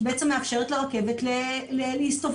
שבעצם מאפשרת לרכבת להסתובב.